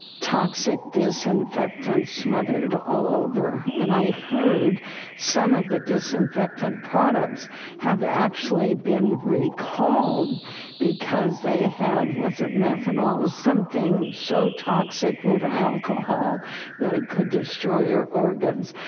toxic disinfectant, smothered all over. and i heard some of the disinfectant products have actually been recalled because they had, was it methanol something so toxic would alcohol that it could destroy your organs.